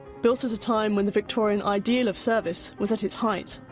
built at a time when the victorian ideal of service was at its height.